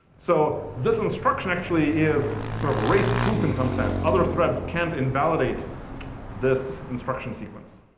so this instruction actually is sort of race-proof in some sense. other threads can't invalidate this instruction sequence.